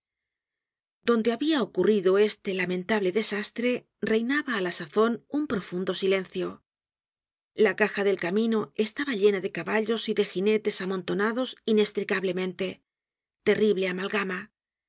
donde habia ocurrido este lamentable desastre reinaba á la sazon un profundo silencio la caja del camino estaba llena de caballos y de ginetes amontonados inestricablemente terrible amalgama